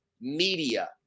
media